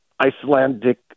Icelandic